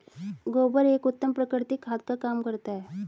गोबर एक उत्तम प्राकृतिक खाद का काम करता है